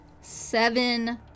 seven